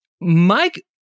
Mike